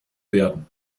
werden